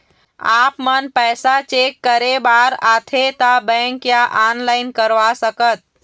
आपमन पैसा चेक करे बार आथे ता बैंक या ऑनलाइन करवा सकत?